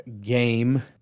game